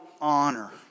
honor